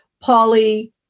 Polly